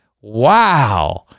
wow